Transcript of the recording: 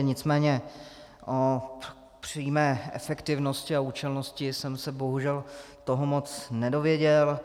Nicméně o přímé efektivnosti a účelnosti jsem se bohužel toho moc nedověděl.